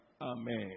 Amen